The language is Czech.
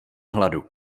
hladu